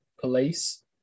police